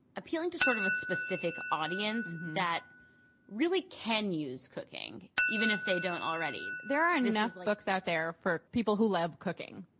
appealing to sort of a specific audience that really can use cooking, even if they don't already there are and enough books out there for people who love cooking.